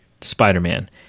Spider-Man